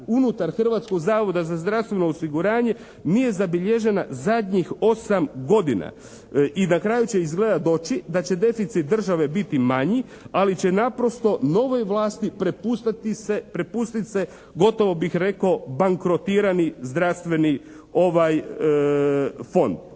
unutar Hrvatskog zavoda za zdravstveno osiguranje nije zabilježena zadnjih 8 godina. I na kraju će izgleda doći da će deficit države biti manji ali će naprosto novoj vlasti prepuštati se, prepustiti se gotovo bih rekao bankrotirani zdravstveni fond.